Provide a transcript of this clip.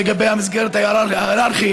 לגבי המסגרת ההיררכית,